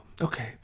Okay